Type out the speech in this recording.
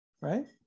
right